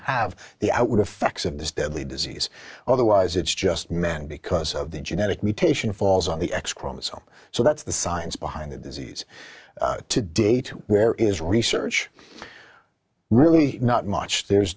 have the outer facts of this deadly disease otherwise it's just men because of the genetic mutation falls on the x chromosome so that's the science behind the disease to date where is research really not much there's